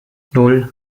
nan